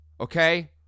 okay